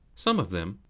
some of them,